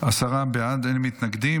עשרה בעד, אין מתנגדים.